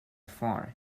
far